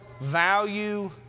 value